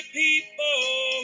people